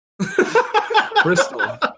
Crystal